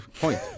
point